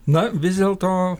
na vis dėlto